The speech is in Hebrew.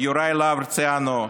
יוראי להב הרצנו,